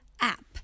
app